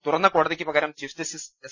തുറന്ന കോടതിക്ക് പകരം ചീഫ് ജസ്റ്റിസ് എസ്